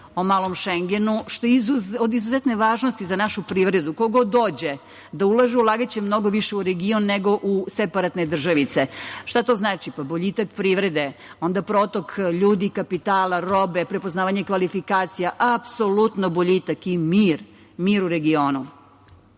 o Malom Šengenu, što je od izuzetne važnosti za našu privredu. Ko god dođe da ulaže, ulagaće mnogo više u region nego u separatne državice. Šta to znači? Pa, boljitak privrede, onda protok ljudi, kapitala, robe, prepoznavanje kvalifikacija. Apsolutno boljitak i mir u regionu. Kako